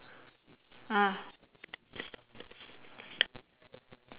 uh